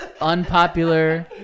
Unpopular